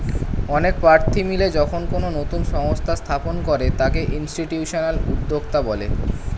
অনেক প্রার্থী মিলে যখন কোনো নতুন সংস্থা স্থাপন করে তাকে ইনস্টিটিউশনাল উদ্যোক্তা বলে